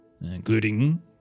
including